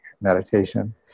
meditation